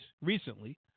recently